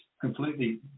completely